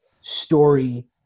story